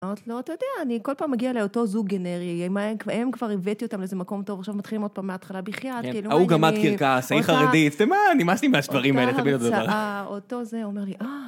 אמרתי לו, אתה יודע, אני כל פעם מגיעה לאותו זוג גנרי, הם כבר הבאתי אותם לאיזה מקום טוב, עכשיו מתחילים עוד פעם מההתחלה בחייאת, כאילו ההוא גמד קרקס, ההיא חרדית... אה, נמאס לי מהדברים האלו, אותה תוצאה, אותו זה הוא אומר לי אהה...